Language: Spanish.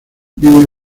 vive